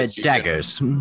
Daggers